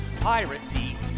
piracy